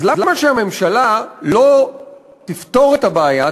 אז למה שהממשלה לא תפתור את הבעיה,